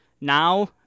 Now